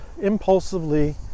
impulsively